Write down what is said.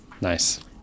Nice